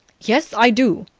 yes, i do!